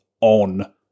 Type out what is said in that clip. on